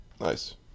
Nice